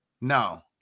No